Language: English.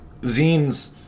zines